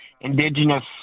Indigenous